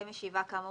בסעיף 5(א)